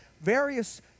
various